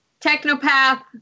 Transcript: Technopath